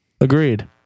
Agreed